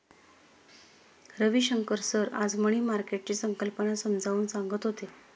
Ravishankar sir आज money मार्केटची संकल्पना समजावून सांगत होते